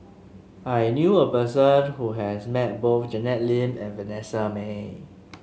I knew a person who has met both Janet Lim and Vanessa Mae